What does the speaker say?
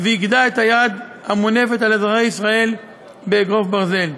ויגדע את היד המונפת על אזרחי ישראל באגרוף ברזל.